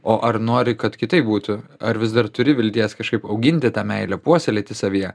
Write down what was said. o ar nori kad kitaip būtų ar vis dar turi vilties kažkaip auginti tą meilę puoselėti savyje